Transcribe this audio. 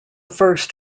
first